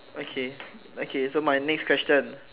okay okay so my next question